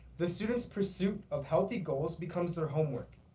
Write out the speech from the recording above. the students pursuit of healthy goals becomes their homework.